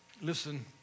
listen